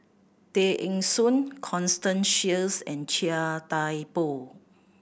Tay Eng Soon Constance Sheares and Chia Thye Poh